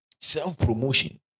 self-promotion